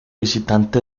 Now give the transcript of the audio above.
visitante